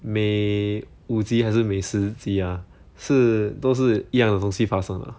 每五集还是每四集啊是都是一样的东西发生啊